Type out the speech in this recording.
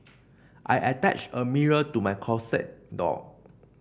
I attached a mirror to my closet door